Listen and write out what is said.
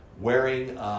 wearing